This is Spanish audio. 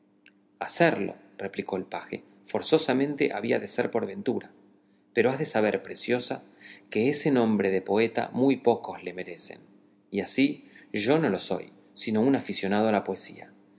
serlo replicó el paje forzosamente había de ser por ventura pero has de saber preciosa que ese nombre de poeta muy pocos le merecen y así yo no lo soy sino un aficionado a la poesía